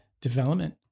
development